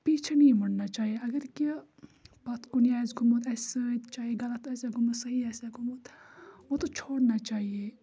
پیچھے نہیں مُڈنا چاہیے اگر کہِ پَتھ کُنے آسہِ گوٚمُت اَسہِ سۭتۍ چاہے غلط آسیٛا گوٚمُت صحیح آسیٛا گوٚمُت وہ تو چھوڑنا چاہیے